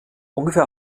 ungefähr